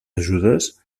ajudes